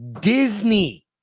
Disney